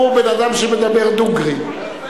הוא בן-אדם שמדבר דוגרי.